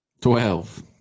Twelve